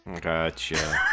Gotcha